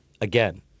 again